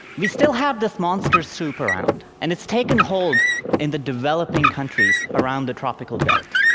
we still have this monster soup around, and it's taken hold in the developing countries around the tropical belt.